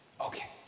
Okay